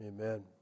Amen